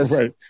Right